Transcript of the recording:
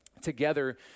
Together